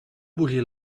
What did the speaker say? bullir